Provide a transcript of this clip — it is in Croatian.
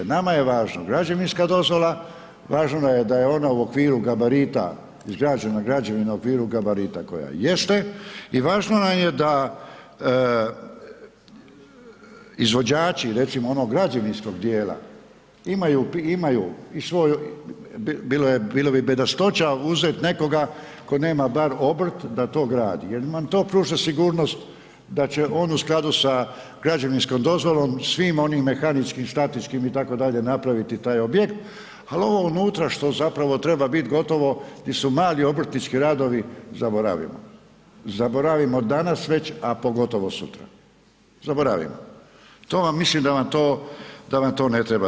Nama je važno građevinska dozvola, važno nam je da je ona u okviru gabarita, izgrađena građevina u okviru gabarita koja jeste i važno nam je da izvođači, recimo onog građevinskog dijela, imaju i svoj, bilo bi bedastoća uzet nekoga tko nema bar obrt da to gradi jer nam to pruža sigurnost da će on u skladu sa građevinskom dozvolom, svim onim mehaničkim, statističkim itd., napraviti taj objekt, al ovo unutra što zapravo treba bit gotovo, di su mali obrtnički radovi, zaboravimo, zaboravimo danas već, a pogotovo sutra, zaboravimo, to vam mislim da vam to, da vam to ne treba.